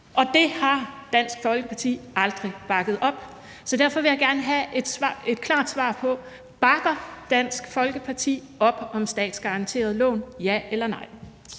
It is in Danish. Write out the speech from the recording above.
og det har Dansk Folkeparti aldrig bakket op. Så derfor vil jeg gerne have et klart svar på: Bakker Dansk Folkeparti op om statsgaranterede lån – ja eller nej?